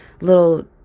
little